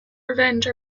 revenge